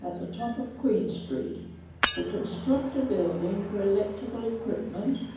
and the top of queen street to construct a building for electrical equipment.